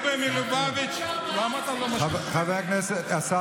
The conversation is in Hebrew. מלובביץ' סיים, חבר הכנסת דוידסון.